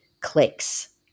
clicks